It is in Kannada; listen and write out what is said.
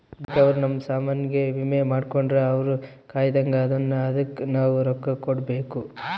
ಬ್ಯಾಂಕ್ ಅವ್ರ ನಮ್ ಸಾಮನ್ ಗೆ ವಿಮೆ ಮಾಡ್ಕೊಂಡ್ರ ಅವ್ರ ಕಾಯ್ತ್ದಂಗ ಅದುನ್ನ ಅದುಕ್ ನವ ರೊಕ್ಕ ಕಟ್ಬೇಕು